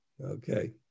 Okay